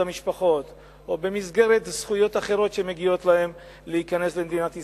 המשפחות או במסגרת זכויות אחרות שמגיעות להם להיכנס למדינת ישראל,